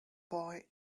boy